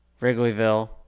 Wrigleyville